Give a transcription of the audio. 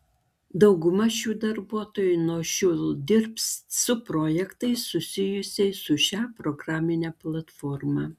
dauguma šių darbuotojų nuo šiol dirbs su projektais susijusiais su šia programine platforma